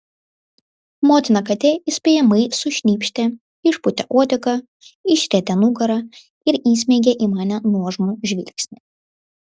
motina katė įspėjamai sušnypštė išpūtė uodegą išrietė nugarą ir įsmeigė į mane nuožmų žvilgsnį